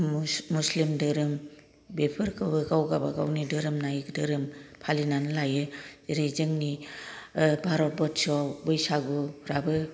मुस्लिम धोरोम बेफोरखौ गावगाबागावनि धोरोम नायै धोरोम फालिनानै लायो जेरै जोंनि भारतबोर्साव बैसागुफ्राबो